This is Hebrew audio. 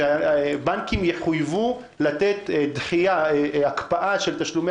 שבנקים יחויבו לתת הקפאה של תשלומי